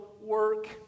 work